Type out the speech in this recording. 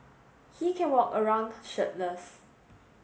he can walk around shirtless